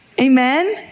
Amen